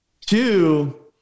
two